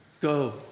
Go